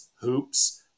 hoops